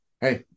Hey